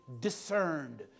discerned